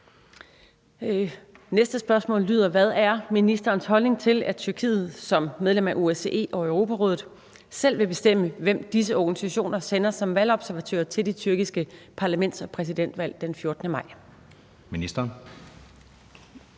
Søndergaard (EL)): Hvad er ministerens holdning til, at Tyrkiet – som medlem af OSCE og Europarådet – selv vil bestemme, hvem disse organisationer sender som valgobservatører til det tyrkiske parlaments- og præsidentvalg den 14. maj? Anden